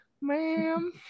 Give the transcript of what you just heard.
Ma'am